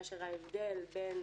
כאשר ההבדל בין